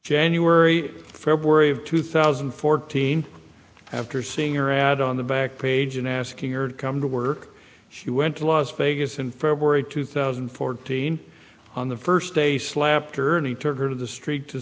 january february of two thousand and fourteen after seeing your ad on the back page and asking her to come to work she went to las vegas in february two thousand and fourteen on the first day slapped her and took her to the street to